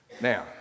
Now